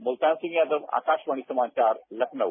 मुल्तान सिंह यादव आकाशवाणी समाचार लखनऊ